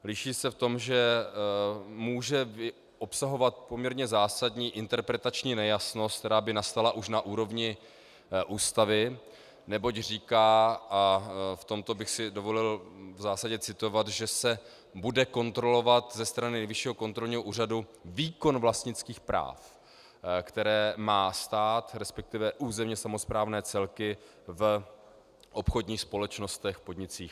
Liší se v tom, že může obsahovat poměrně zásadní interpretační nejasnost, která by nastala už na úrovni Ústavy, neboť říká a v tomto bych si dovolil v zásadě citovat , že se bude kontrolovat ze strany Nejvyššího kontrolního úřadu výkon vlastnických práv, která má stát, resp. územně samosprávné celky, v obchodních společnostech, podnicích.